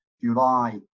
july